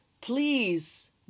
please